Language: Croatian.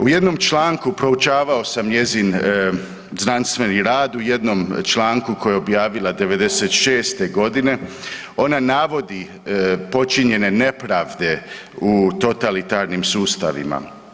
U jednom članku proučavaju sam njezin znanstveni rad, u jednom članku koji je objavila '96. g. Ona navodi počinjene nepravde u totalitarnim sustavima.